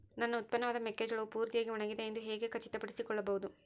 ನನ್ನ ಉತ್ಪನ್ನವಾದ ಮೆಕ್ಕೆಜೋಳವು ಪೂರ್ತಿಯಾಗಿ ಒಣಗಿದೆ ಎಂದು ಹೇಗೆ ಖಚಿತಪಡಿಸಿಕೊಳ್ಳಬಹುದು?